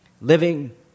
living